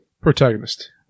protagonist